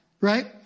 Right